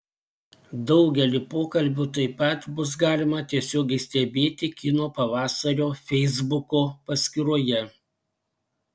daugelį pokalbių taip pat bus galima tiesiogiai stebėti kino pavasario feisbuko paskyroje